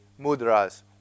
mudras